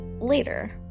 later